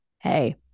Hey